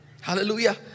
Hallelujah